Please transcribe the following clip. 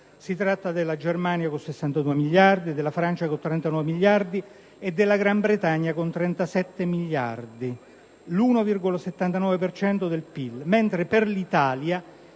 si tratta della Germania con 62 miliardi, della Francia con 39 miliardi e della Gran Bretagna con 37 miliardi (l'1,79 per cento del PIL). Per l'Italia,